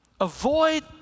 Avoid